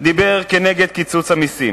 דיבר כנגד קיצוץ המסים.